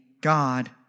God